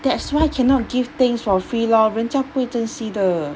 that's why cannot give things for free lor 人家不会珍惜的